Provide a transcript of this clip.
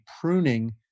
pruning